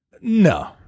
No